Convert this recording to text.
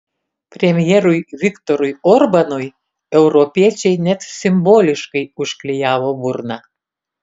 premjerui viktorui orbanui europiečiai net simboliškai užklijavo burną